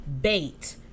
bait